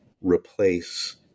replace